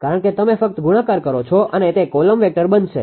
કારણ કે તમે ફક્ત ગુણાકાર કરો છો અને તે કોલમ વેક્ટર બનશે